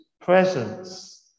presence